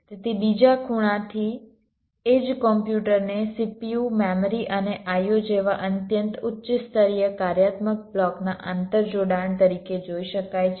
તેથી બીજા ખૂણાથી એ જ કોમ્પ્યુટરને CPU મેમરી અને IO જેવા અત્યંત ઉચ્ચ સ્તરીય કાર્યાત્મક બ્લોક ના આંતર જોડાણ તરીકે જોઈ શકાય છે